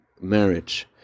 marriage